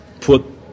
put